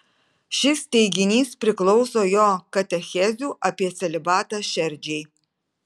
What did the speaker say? šis teiginys priklauso jo katechezių apie celibatą šerdžiai